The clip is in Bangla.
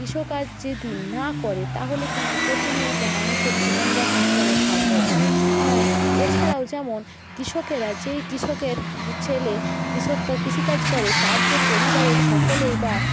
কৃষকাজ যদি না করে তাহলে কিন্তু প্রতিনিয়ত মানুষের জীবনযাপন চলা সম্ভব নয় হ্যাঁ এছাড়াও যেমন কৃষকেরা যেই কৃষকের ছেলে কৃষক কৃষিকাজ করে তার যে পরিবারের সকলেই বা